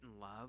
love